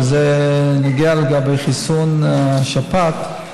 וזה נוגע לחיסון השפעת,